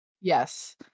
yes